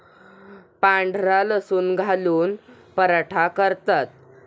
पांढरा लसूण घालून पराठा करतात